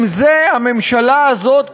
עם זה הממשלה הזאת,